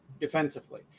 defensively